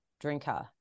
drinker